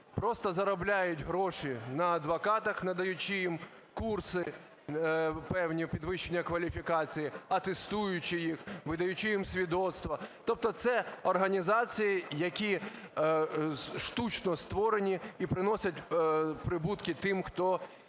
просто заробляють гроші на адвокатах, надаючи їм курси певні підвищення кваліфікації, атестуючи їх, видаючи їм свідоцтва. Тобто це організації, які штучно створені і приносять прибутки тим, хто їх